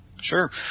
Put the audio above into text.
Sure